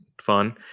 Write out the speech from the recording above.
Fun